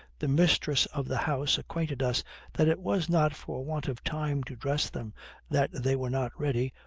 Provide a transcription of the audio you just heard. the mistress of the house acquainted us that it was not for want of time to dress them that they were not ready,